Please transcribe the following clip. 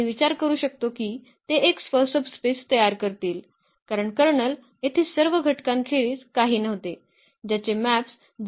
आम्ही विचार करू शकतो की ते एक सब स्पेस तयार करतील कारण कर्नल येथे सर्व घटकांखेरीज काही नव्हते ज्याचे मॅप्स 0 आहेत